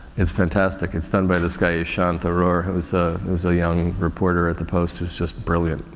it's fantastic. it's done by this guy ishaan tharoor who is a, who's a young reporter at the post who is just brilliant.